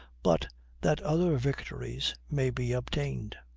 but that other victories may be obtained.